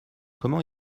comment